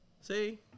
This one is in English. See